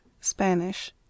Spanish